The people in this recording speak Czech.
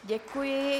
Děkuji.